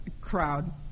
crowd